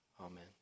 Amen